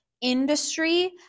industry